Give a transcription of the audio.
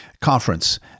conference